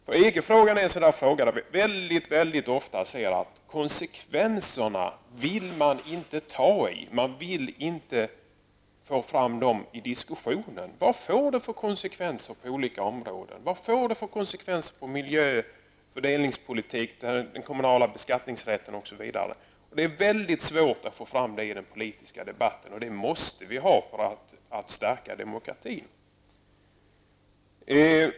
När det gäller EG-frågan ser vi väldigt ofta att konsekvenserna är något som man inte vill beröra. Man vill inte föra fram dem i diskussionen. Vilka konsekvenser får det på olika områden? Vilka konsekvenser får det på miljö, fördelningspolitik, den kommunala beskattningsrätten osv.? Det är svårt att få fram det i den politiska debatten, men det måste vi för att stärka demokratin.